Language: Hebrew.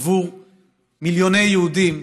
עבור מיליוני יהודים,